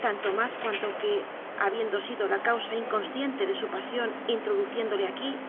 tanto más cuanto que habiendo sido la causa inconsciente de su pasión introduciéndole aquí